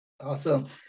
Awesome